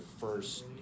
first